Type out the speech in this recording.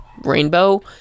rainbow